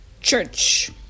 church